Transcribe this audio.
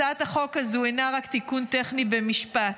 הצעת החוק הזאת אינה רק תיקון טכני במשפט,